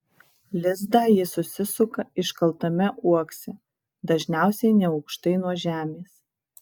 lizdą ji susisuka iškaltame uokse dažniausiai neaukštai nuo žemės